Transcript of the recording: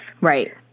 Right